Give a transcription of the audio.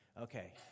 Okay